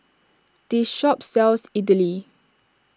this shop sells Idili